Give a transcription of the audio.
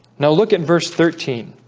now look at verse thirteen